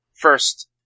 first